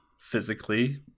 physically